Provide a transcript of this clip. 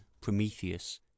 prometheus